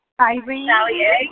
Irene